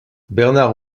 bernard